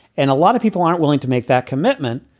and a lot of people aren't willing to make that commitment.